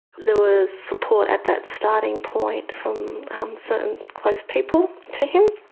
there was support at that starting point from certain close people to him